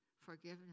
forgiveness